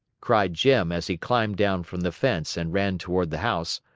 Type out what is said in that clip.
cried jim, as he climbed down from the fence and ran toward the house.